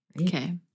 Okay